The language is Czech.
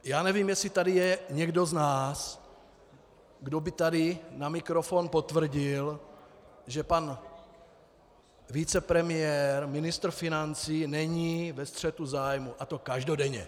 Já nevím, jestli tady je někdo z nás, kdo by tady na mikrofon potvrdil, že pan vicepremiér, ministr financí, není ve střetu zájmů, a to každodenně.